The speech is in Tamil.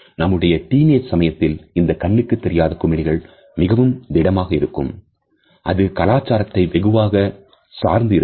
நம்முடைய டீன் ஏஜ் சமயத்தில் இந்த கண்ணுக்குத் தெரியாத குமிழிகள் மிகவும் திடமாக இருக்கும் அது கலாச்சாரத்தை வெகுவாக சார்ந்திருக்கும்